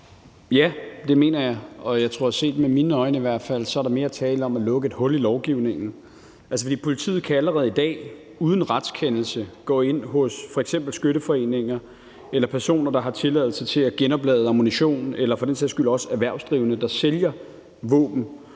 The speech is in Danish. Ja, det mener jeg, og i hvert fald set med mine øjne er der mere tale om at lukke et hul i lovgivningen. For politiet kan allerede i dag uden retskendelse gå ind hos f.eks. skytteforeninger eller personer, der har tilladelse til at genoplade ammunition, eller for den sags skyld også erhvervsdrivende, der sælger våben.